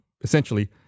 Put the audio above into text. essentially